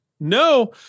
No